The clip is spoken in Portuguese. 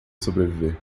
sobreviver